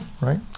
right